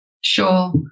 Sure